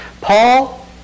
Paul